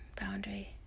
boundary